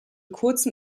kurzen